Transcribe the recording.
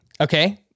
Okay